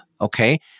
okay